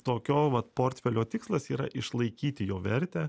tokio vat portfelio tikslas yra išlaikyti jo vertę